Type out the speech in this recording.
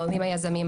העולים היזמים,